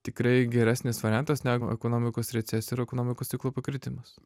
tikrai geresnis variantas negu ekonomikos recesija ir ekonomikos ciklo pakritimas